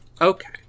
okay